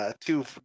two